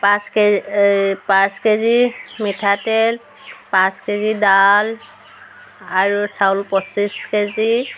পাঁচ K G এই পাঁচ কে জি মিঠাতেল পাঁচ কে জি ডাল আৰু চাউল পঁচিছ কে জি